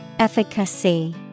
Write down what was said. Efficacy